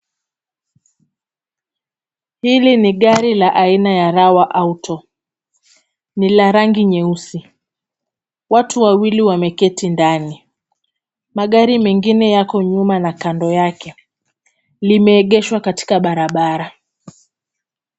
Hili ni gari la aina ya Rawa Auto, ni la rangi nyeusi . Watu wawili wameketi ndani . Magari mengine yako nyuma na kando yake. Limeegeshwa katika barabara.